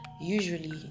usually